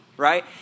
right